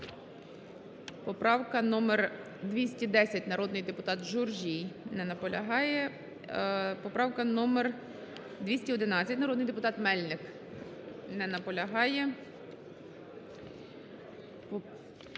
Поправка номер 210, народний депутат Журжій. Не наполягає. Поправка номер 211, народний депутат Мельник, не наполягає.